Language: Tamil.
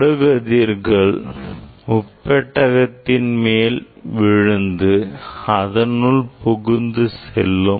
படுகதிர்கள் முப்பெட்டகத்தின் மேல் விழுந்து அதனுள் புகுந்து செல்லும்